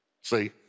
See